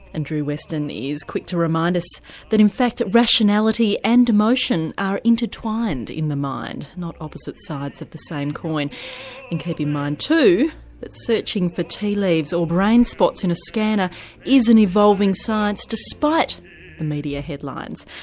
and drew westen is quick to remind us that in fact rationality and emotion are intertwined in the mind, not opposite sides of the same coin. and keep in mind too that searching for tea leaves or brain spots in a scanner is an evolving science despite the media headlines.